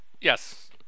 yes